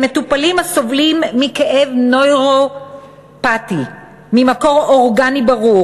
למטופלים הסובלים מכאב נוירופתי ממקור אורגני ברור